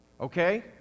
okay